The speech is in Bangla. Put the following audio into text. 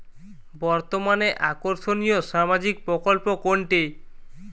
বর্তমানে আকর্ষনিয় সামাজিক প্রকল্প কোনটি?